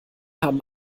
haben